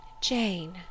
Jane